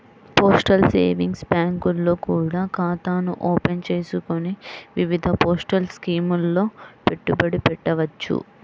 postal savings బ్యాంకుల్లో కూడా ఖాతాను ఓపెన్ చేసుకొని వివిధ పోస్టల్ స్కీముల్లో పెట్టుబడి పెట్టవచ్చు